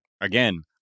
again